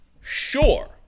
sure